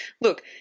look